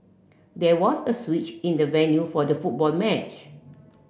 there was a switch in the venue for the football match